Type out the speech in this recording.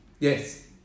Yes